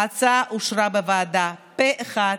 ההצעה אושרה בוועדה פה אחד,